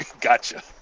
gotcha